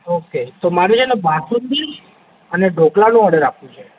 okay તો મારે છે ને બાસુંદી અને ઢોકળાનું ઑર્ડર આપવું છે